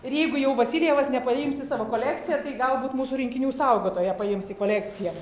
ir jeigu jau vasiljevas nepaims į savo kolekciją tai galbūt mūsų rinkinių saugotoja paims į kolekciją